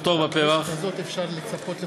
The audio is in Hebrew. בכנסת הזאת אפשר לצפות לכול.